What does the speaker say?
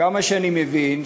כמה שאני מבין,